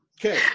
Okay